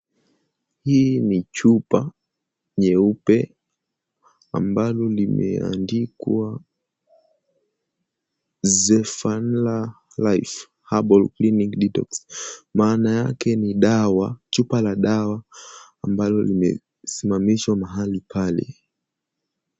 Hii ni chupa jeupe, ambalo limeandikwa Zephanla Life Herbal Clinic. Maana yake ni dawa, chupa la dawa ambalo limesimamishwa mahali pale.